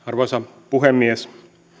arvoisa puhemies